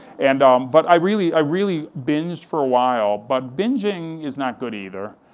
and um but i really i really binged for a while, but binging is not good either,